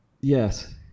Yes